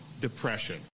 depression